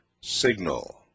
signal